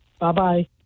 Bye-bye